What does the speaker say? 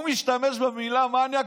הוא משתמש במילה "מניאק".